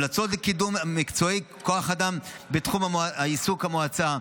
המלצות לקידום מקצועי של כוח אדם בתחומי העיסוק של המועצה,